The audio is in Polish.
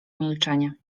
milczenie